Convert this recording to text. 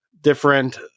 different